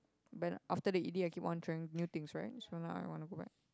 banner after the E_D I keep on trying new things right so now I wanna go back